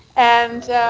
and